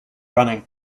running